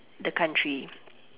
the country